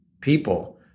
people